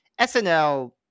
SNL